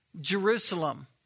Jerusalem